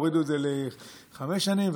הורידו את זה לחמש שנים.